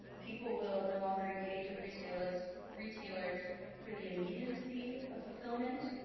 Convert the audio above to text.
people will no longer engage with retailers retailers for the immediacy of fulfillment,